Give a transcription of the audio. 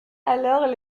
alors